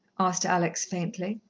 asked alex faintly.